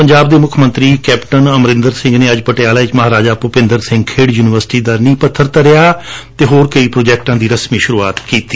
ਪੰਜਾਬ ਦੇ ਮੁੱਖ ਮੰਤਰੀ ਕੈਪਟਨ ਅਮਰਿੰਦਰ ਸਿੰਘ ਨੇ ਅੱਜ ਪਟਿਆਲਾ 'ਚ ਮਹਾਰਾਜਾ ਭੁਪਿੰਦਰ ਸਿੰਘ ਖੇਡ ਯੂਨੀਵਰਸਿਟੀ ਦਾ ਨੀਹ ਪੱਬਰ ਰੱਖਿਆ ਅਤੇ ਹੋਰ ਕਈ ਪ੍ਰੋਜੈਕਟਾ ਦੀ ਸੁਰੂਆਤ ਕੀਡੀ